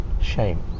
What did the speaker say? shame